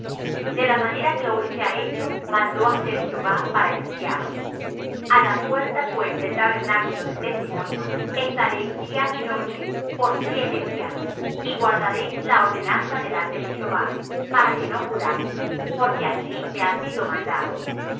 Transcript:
de la manera que hoy se ha hecho mandó hacer jehová para expiaros a la puerta pues del tabernáculo del testimonio estaréis día y noche por siete días y guardaréis la ordenanza delante de jehová para que no muráis porque así me ha sido mandado